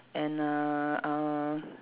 and uh uh